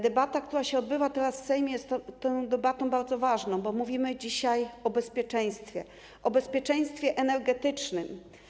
Debata, która odbywa się teraz w Sejmie, jest bardzo ważna, bo mówimy dzisiaj o bezpieczeństwie - o bezpieczeństwie energetycznym.